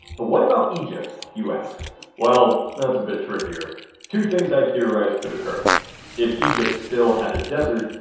but what about egypt you ask well that's a bit trickier two things. i theorize could occur if egypt still had a desert,